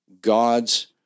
God's